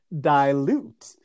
dilute